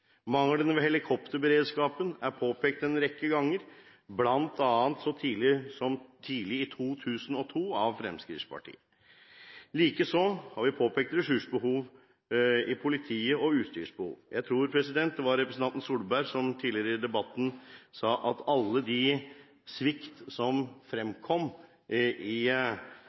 Manglene ved helikopterberedskapen er påpekt en rekke ganger – bl.a. så tidlig som tidlig i 2002 – av Fremskrittspartiet. Likeså har vi påpekt ressursbehov og utstyrsbehov i politiet. Jeg tror det var representanten Solberg som tidligere i debatten sa at all den svikten som fremkom etter 22.juli, er ting som er påpekt i